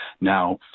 Now